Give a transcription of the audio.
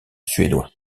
suédois